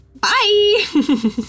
bye